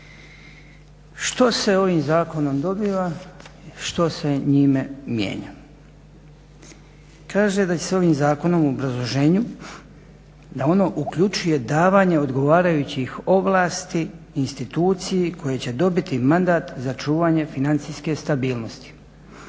Što se ovim zakonom dobiva, što se njime mijenja? Kaže da će se ovim zakonom u obrazloženju, da ono uključuje davanje odgovarajućih ovlasti instituciji koja će dobiti manda za čuvanje financijske stabilnosti.